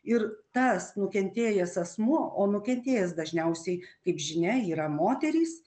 ir tas nukentėjęs asmuo o nukentėjęs dažniausiai kaip žinia yra moterys